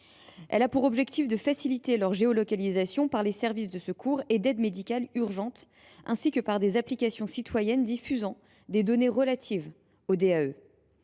Elle a pour objectif de faciliter leur géolocalisation par les services de secours et d’aide médicale urgente, ainsi que par des applications citoyennes diffusant les données relatives aux DAE.